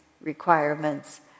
requirements